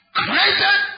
created